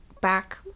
Back